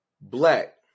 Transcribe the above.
Black